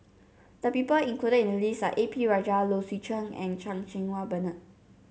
the people included in the list are A P Rajah Low Swee Chen and Chan Cheng Wah Bernard